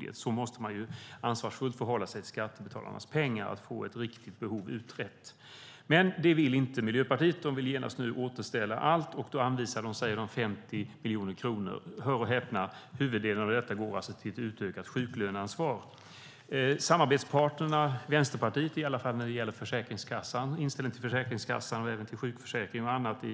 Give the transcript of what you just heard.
Det är så man ansvarsfullt måste förhålla sig till skattebetalarnas pengar, nämligen att få ett riktigt behov utrett. Det vill inte Miljöpartiet. De vill genast återställa allt och anvisar 50 miljoner kronor. Hör och häpna: Huvuddelen av detta går till ett utökat sjuklöneansvar. Inställningen till Försäkringskassan, sjukförsäkringen och annat